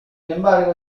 embargo